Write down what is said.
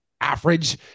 average